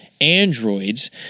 androids